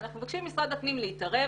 אנחנו מבקשים ממשרד הפנים להתערב,